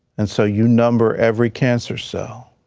and so you number every cancer cell.